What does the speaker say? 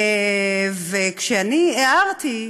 וכשהערתי,